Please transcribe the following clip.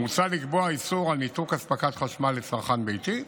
מוצע לקבוע איסור ניתוק אספקת חשמל לצרכן ביתי,